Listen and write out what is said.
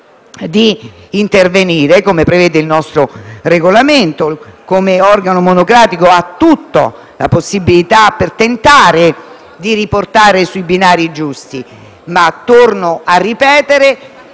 di intervenire, così come prevede il nostro Regolamento. Come organo monocratico ha tutta la possibilità di tentare di riportare la situazione sui binari giusti, ma - torno a ripeterlo